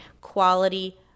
quality